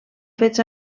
fets